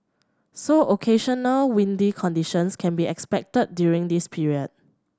so occasional windy conditions can be expected during this period